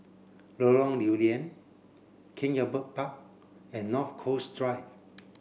Lorong Lew Lian King Albert Park and North Coast Drive